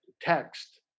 text